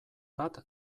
bat